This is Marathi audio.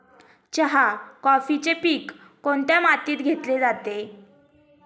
चहा, कॉफीचे पीक कोणत्या मातीत घेतले जाते?